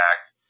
act